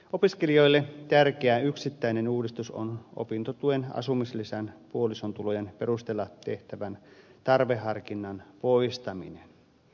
opiskelijoille tärkeä yksittäinen uudistus on opintotuen asumislisän puolison tulojen perusteella tehtävän tarveharkinnan poistaminen